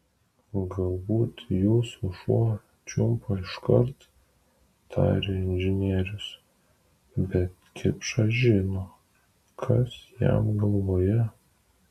galbūt jūsų šuo čiumpa iškart tarė inžinierius bet kipšas žino kas jam galvoje